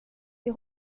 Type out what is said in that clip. est